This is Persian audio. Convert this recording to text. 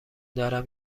دارم